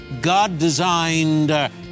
God-designed